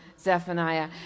zephaniah